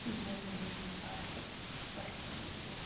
یُس زَن ؤری زٕ ساس تٕہ ٲٹھَس منز گوٚو